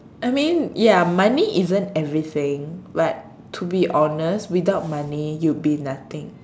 I mean ya money isn't everything but to be honest without money you'd be nothing